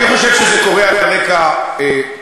אני חושב שזה קורה על רקע פריפריאלי,